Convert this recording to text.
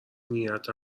نیت